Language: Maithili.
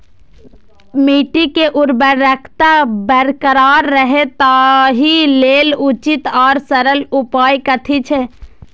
मिट्टी के उर्वरकता बरकरार रहे ताहि लेल उचित आर सरल उपाय कथी छे?